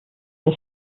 der